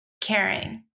caring